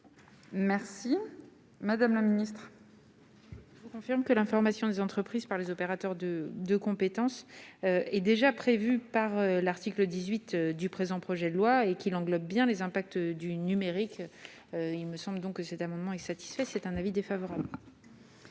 Merci madame la ministre. Je confirme que l'information des entreprises par les opérateurs de de compétences et déjà prévue par l'article 18 du présent projet de loi et qu'il englobe bien les impacts du numérique, il me semble donc que cet amendement est satisfait, c'est un avis défavorable.